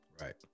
Right